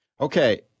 Okay